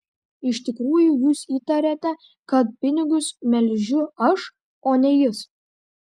iš tikrųjų jūs įtariate kad pinigus melžiu aš o ne jis